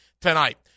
tonight